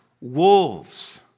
wolves